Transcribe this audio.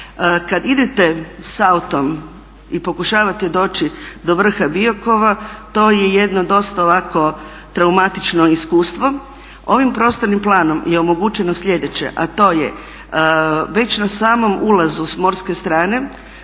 Kad idete s autom i pokušavate doći do vrha Biokova to je jedno dosta ovako traumatično iskustvo. Ovim prostornim planom je omogućeno slijedeće a to je već na samom ulazu s morske strane